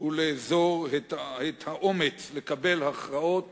הוא לאזור את האומץ לקבל הכרעות